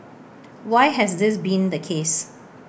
why has this been the case